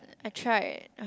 I tried